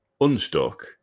unstuck